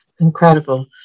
Incredible